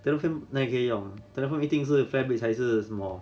derafin 那里可以用 derafin 一定是 fabric 还是什么